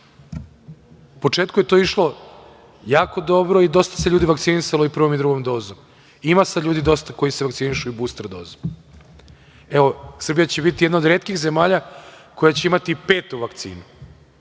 početku je to išlo jako dobro i dosta se ljudi vakcinisalo i prvom i drugom dozom, ima sad ljudi dosta koji se vakcinišu i buster dozom. Evo, Srbija će biti jedna od retkih zemalja koja će imati i petu vakcinu.